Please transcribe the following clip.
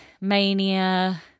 mania